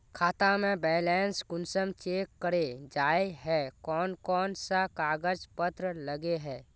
खाता में बैलेंस कुंसम चेक करे जाय है कोन कोन सा कागज पत्र लगे है?